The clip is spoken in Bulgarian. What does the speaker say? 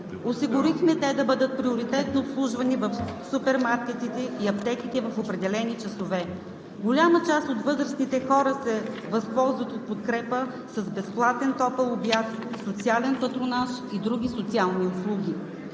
Осигурихме те да бъдат приоритетно обслужвани в супермаркетите и аптеките в определени часове. Голяма част от възрастните хора се възползват от подкрепа с безплатен топъл обяд, социален патронаж и други социални услуги.